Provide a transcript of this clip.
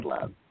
love